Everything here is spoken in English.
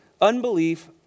unbelief